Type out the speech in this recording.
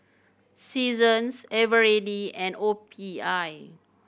Seasons Eveready and O P I